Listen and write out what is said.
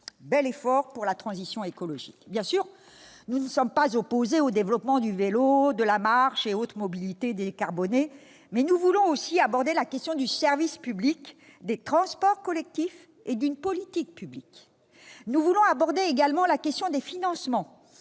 Bel effort pour la transition écologique ! Bien sûr, nous ne sommes pas opposés au développement du vélo, de la marche ou d'autres mobilités décarbonées, mais nous voulons aussi aborder la question du service public, des transports collectifs et d'une politique publique. Nous voulons également aborder la question des financements,